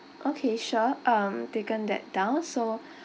okay sure um taken that down so